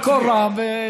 בקול רם,